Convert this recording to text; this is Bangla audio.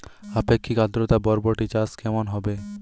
আপেক্ষিক আদ্রতা বরবটি চাষ কেমন হবে?